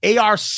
ARC